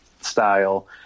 style